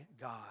God